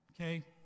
Okay